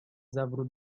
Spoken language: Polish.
zawrót